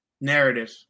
narrative